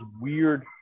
weird